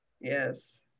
Yes